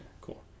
cool